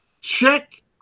Check